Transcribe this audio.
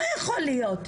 לא יכול להיות.